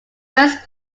first